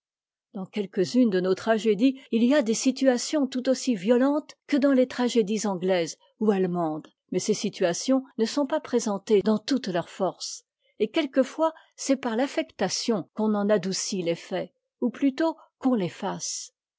dans quelques-unes de nos tragédies il y a des situations tout aussi violentes que dans les tragédies anglaises ou allemandes mais ces situations ne sont pas présentées dans toute leur force et quelquefois c'est par l'affectation qu'on en adoucit l'effet ou plutôt qu'on l'efface